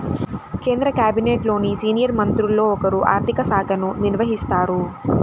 కేంద్ర క్యాబినెట్లోని సీనియర్ మంత్రుల్లో ఒకరు ఆర్ధిక శాఖను నిర్వహిస్తారు